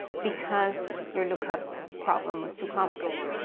because your lookup problem was too complex.